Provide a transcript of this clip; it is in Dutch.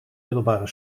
middelbare